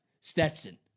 Stetson